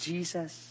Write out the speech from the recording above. Jesus